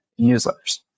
newsletters